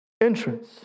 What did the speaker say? entrance